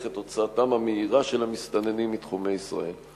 את הוצאתם המהירה של המסתננים מתחומי ישראל?